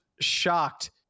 shocked